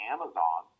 Amazon